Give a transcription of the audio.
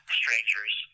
strangers